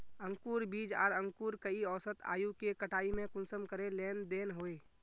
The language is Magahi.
अंकूर बीज आर अंकूर कई औसत आयु के कटाई में कुंसम करे लेन देन होए?